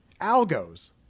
Algos